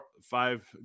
five